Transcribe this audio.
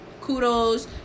Kudos